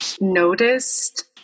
noticed